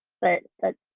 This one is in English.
but that